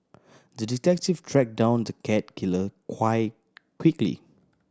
the detective track down the cat killer quickly